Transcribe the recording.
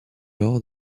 alors